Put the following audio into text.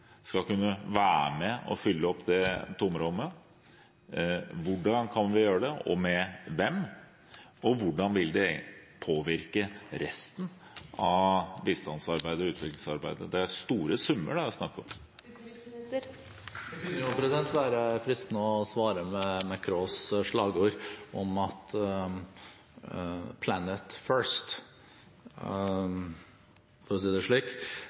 skal kunne være med og fylle opp det tomrommet? Hvordan kan vi gjøre det, og med hvem? Og hvordan vil det påvirke resten av bistands- og utviklingsarbeidet? – Det er store summer det er snakk om. Det kunne være fristende å svare med Macrons slagord «Planet first», for å si det slik.